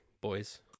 boys